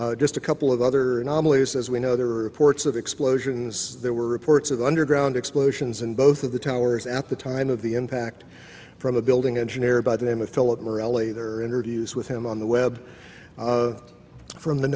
right just a couple of other anomalies as we know there are reports of explosions there were reports of underground explosions in both of the towers at the time of the impact from a building engineer by the name of philip murali their interviews with him on the web from the